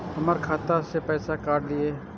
हमर खाता से पैसा काट लिए?